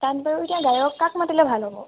তাত বাৰু এতিয়া গায়ক কাক মাতিলে ভাল হ'ব